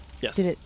Yes